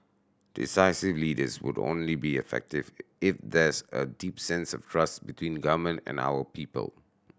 decisive leaders would only be effective if there's a deep sense of trust between government and our people